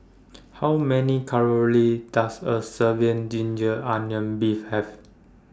How Many Calories Does A Serving Ginger Onions Beef Have